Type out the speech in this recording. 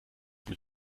mit